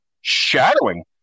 shadowing